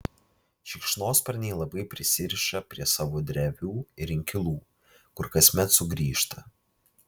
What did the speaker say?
šikšnosparniai labai prisiriša prie savo drevių ir inkilų kur kasmet sugrįžta